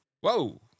Whoa